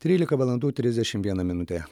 trylika valandų trisdešimt viena minutė